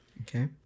Okay